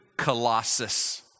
Colossus